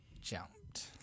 jumped